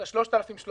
את 3,300,